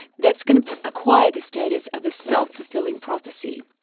that's going to acquire the status of a self-fulfilling prophecy.